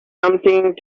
something